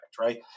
right